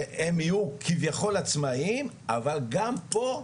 שהן יהיו כביכול עצמאים, אבל גם פה,